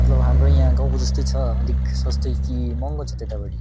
मतलब हाम्रो यहाँ गाउँको जस्तै छ अलिक सस्तै कि महँगो छ त्यतापट्टि